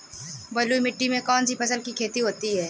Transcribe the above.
बलुई मिट्टी में कौनसी फसल की खेती होती है?